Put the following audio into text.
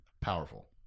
powerful